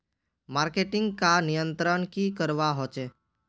Marketing का नियंत्रण की करवा होचे?